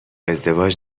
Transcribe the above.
ازدواج